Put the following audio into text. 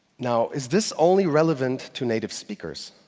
now is this only relevant to native speakers?